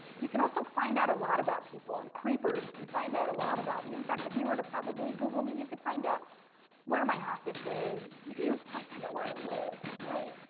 you can also find out a lot about people, and creepers can find out a lot about you. in fact, if you were to probably google me, you could find out where my office is, you can even probably find out where i live, right?